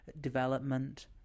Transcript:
development